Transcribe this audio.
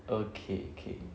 okay okay